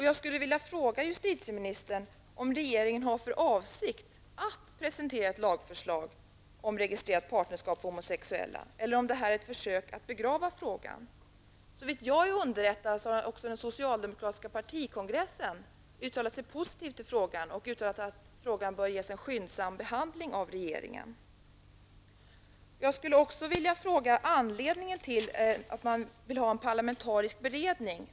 Jag skulle vilja fråga justitieministern om regeringen har för avsikt att presentera ett lagförslag om registrerat partnerskap för homosexuella eller om det här är ett försök att begrava frågan. Såvitt jag är underrättad har också den socialdemokratiska partikongressen uttalat sig positivt i frågan och uttalat att frågan bör ges en skyndsam behandling av regeringen. Jag skulle också vilja fråga om anledningen till att man vill ha en parlamentarisk beredning.